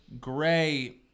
Gray